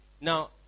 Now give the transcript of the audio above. Now